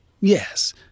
yes